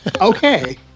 okay